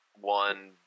One